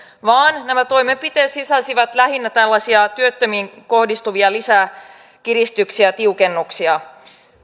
vaan nämä toimenpiteet sisältävät lähinnä työttömiin kohdistuvia lisäkiristyksiä ja tiukennuksia